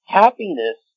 happiness